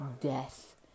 death